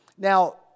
Now